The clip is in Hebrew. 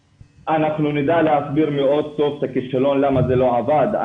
אנחנו נדע להסביר מאוד טוב את הכישלון למה זה לא עבד.